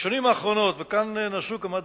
בשנים האחרונות נעשו כמה דברים,